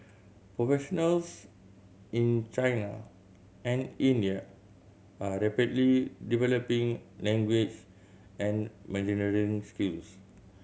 professionals in China and India are rapidly developing language and managerial skills